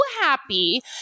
happy